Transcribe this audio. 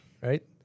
right